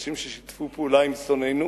אנשים ששיתפו פעולה עם שונאינו.